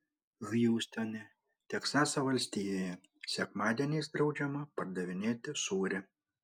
hjustone teksaso valstijoje sekmadieniais draudžiama pardavinėti sūrį